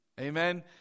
Amen